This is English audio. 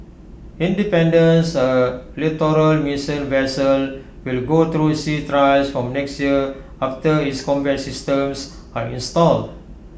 independence A littoral mission vessel will go through sea trials from next year after its combat systems are installed